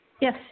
Yes